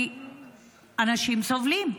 כי אנשים סובלים.